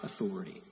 authority